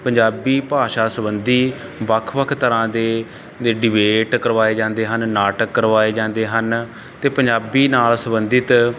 ਪੰਜਾਬੀ ਭਾਸ਼ਾ ਸਬੰਧੀ ਵੱਖ ਵੱਖ ਤਰ੍ਹਾਂ ਦੇ ਡਿਬੇਟ ਕਰਵਾਏ ਜਾਂਦੇ ਹਨ ਨਾਟਕ ਕਰਵਾਏ ਜਾਂਦੇ ਹਨ ਅਤੇ ਪੰਜਾਬੀ ਨਾਲ ਸੰਬੰਧਿਤ